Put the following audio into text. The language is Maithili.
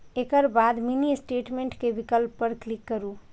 एकर बाद मिनी स्टेटमेंट के विकल्प पर क्लिक करू